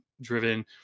driven